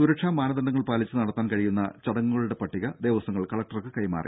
സുരക്ഷാ മാനദണ്ഡങ്ങൾ പാലിച്ച് നടത്താൻ കഴിയുന്ന ചടങ്ങുകളുടെ പട്ടിക ദേവസ്വങ്ങൾ കലക്ടർക്ക് കൈമാറി